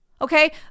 Okay